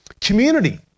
Community